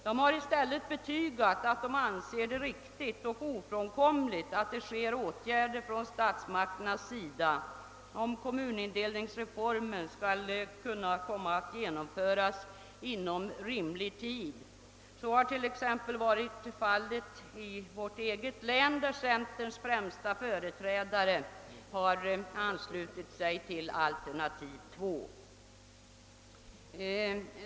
De har i stället betygat att de anser det riktigt och ofrånkomligt att åtgärder vidtas från statsmakternas sida om kommunindelningsreformen skall komma att genomföras inom rimlig tid. Så har t.ex. varit fallet i Älvsborgs län där centerpartiets främsta företrädare har anslutit sig till alternativ 2.